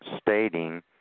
stating